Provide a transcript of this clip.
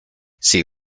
see